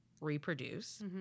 reproduce